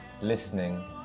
listening